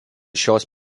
šios